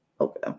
Okay